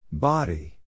Body